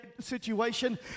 situation